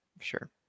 Sure